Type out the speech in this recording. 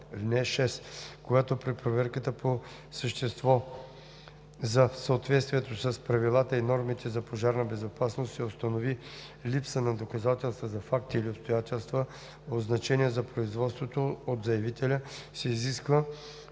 Когато при проверката по същество за съответствието с правилата и нормите за пожарна безопасност се установи липса на доказателства за факти или обстоятелства от значение за производството, от заявителя се изисква